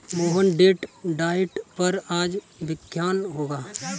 Mohan date diet पर आज व्याख्यान होगा